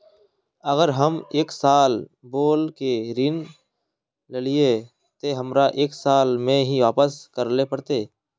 अगर हम एक साल बोल के ऋण लालिये ते हमरा एक साल में ही वापस करले पड़ते?